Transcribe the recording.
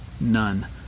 none